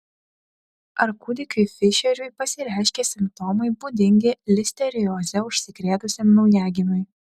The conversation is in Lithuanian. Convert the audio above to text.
ar kūdikiui fišeriui pasireiškė simptomai būdingi listerioze užsikrėtusiam naujagimiui